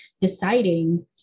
deciding